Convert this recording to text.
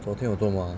昨天我做什么 ah